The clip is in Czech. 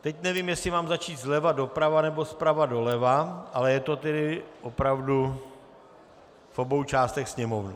Teď nevím, jestli mám začít zleva doprava, nebo zprava doleva, ale je to tedy opravdu v obou částech sněmovny.